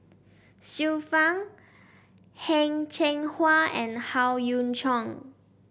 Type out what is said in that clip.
Xiu Fang Heng Cheng Hwa and Howe Yoon Chong